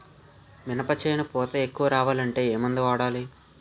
మినప చేను పూత ఎక్కువ రావాలి అంటే ఏమందు వాడాలి?